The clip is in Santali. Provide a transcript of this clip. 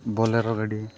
ᱵᱚᱞᱮᱨᱳ ᱜᱟᱹᱰᱤ